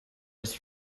his